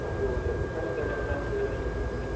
okay okay ਅਤੇ sir ਇਹ ਕਿੰਨੇ ਕੁ ਟਾਈਮ 'ਚ ਅਰੇਂਜ ਹੋ ਜਾਉਗੀ